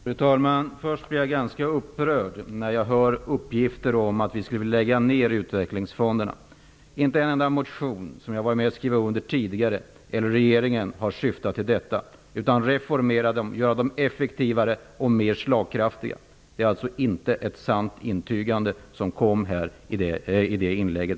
Fru talman! Jag blir ganska upprörd när jag hör uppgifter om att vi skulle vilja lägga ner utvecklingsfonderna. Varken någon enda motion som jag tidigare har varit med om att skriva under eller regeringen har syftat till detta, utan vi vill reformera utvecklingsfonderna och göra dem effektivare och mer slagkraftiga. Det är alltså inte ett sant påstående som Bo Bernhardsson gjorde i sitt inlägg.